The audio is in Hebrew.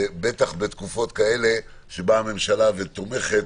בוודאי בתקופות כאלה, כשהממשלה באה ותומכת.